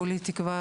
כולי תקווה